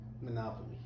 Monopoly